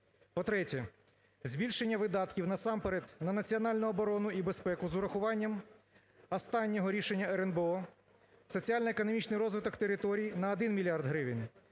По-третє, збільшення видатків, насамперед, на національну оборону і безпеку з урахуванням останнього рішення РНБО, соціально-економічний розвиток територій – на 1 мільярд гривень,